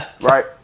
Right